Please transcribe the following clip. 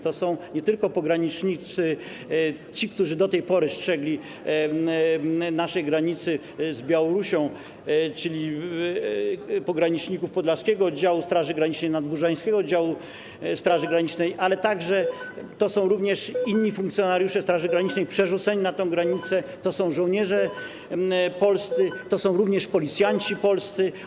To są nie tylko pogranicznicy, którzy do tej pory strzegli naszej granicy z Białorusią, czyli pogranicznicy z Podlaskiego Oddziału Straży Granicznej, Nadbużańskiego Oddziału Straży Granicznej, ale to są również inni funkcjonariusze Straży Granicznej przerzuceni na tę granicę, to są żołnierze polscy, to są również policjanci polscy.